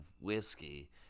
whiskey